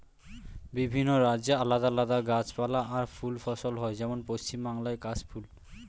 বিভিন্ন রাজ্যে আলাদা আলাদা গাছপালা আর ফুল ফসল হয়, যেমন পশ্চিম বাংলায় কাশ ফুল